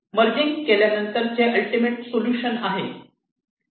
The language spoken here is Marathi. मर्जिग केल्यानंतरचे अल्टिमेट सोल्युशन आहे